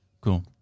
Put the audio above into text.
Cool